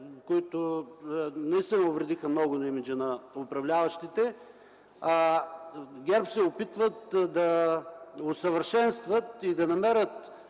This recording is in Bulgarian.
които наистина увредиха много на имиджа на управляващите, ГЕРБ се опитват да усъвършенстват и да намерят